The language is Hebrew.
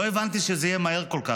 לא הבנתי שזה יהיה מהר כל כך.